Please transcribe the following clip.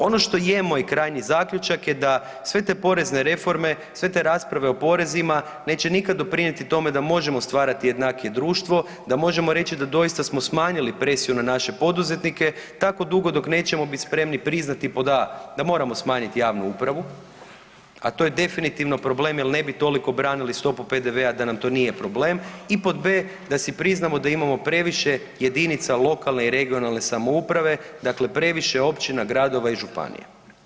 Ono što je moj krajnji zaključak da sve te porezne reforme, sve te rasprave o porezima neće nikada doprinijeti tome da možemo stvarati jednakije društvo, da možemo reći da doista smo smanjili presiju na naše poduzetnike tako dugo dok nećemo biti spremni priznati pod A da moramo smanjiti javnu upravu, a to je definitivno problem jer ne bi toliko branili stopu PDV-a da nam to nije problem i pod B da si priznamo da imamo previše jedinica lokalne i regionalne samouprave dakle previše općina, gradova i županija.